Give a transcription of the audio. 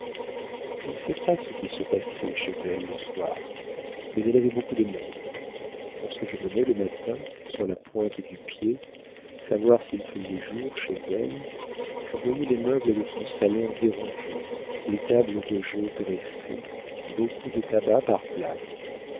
je ne sais pas ce qui se passait chez elle le soir mais elle avait beaucoup de monde lorsque je venais le matin sur la pointe du pied savoir s'il faisait jour chez elle je voyais les meubles de son salon dérangés les tables de jeu dressées beaucoup de tabac par places